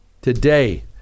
today